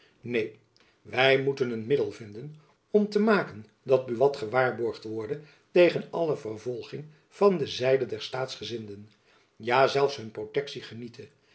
neen wy moeten een middel vinden om te maken dat buat gewaarborgd worde tegen alle vervolging van de zijde der staatsgezinden ja zelfs hun protektie geniete